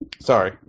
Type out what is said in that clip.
Sorry